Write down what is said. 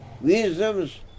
wisdoms